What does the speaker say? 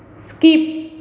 skip